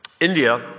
India